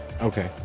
okay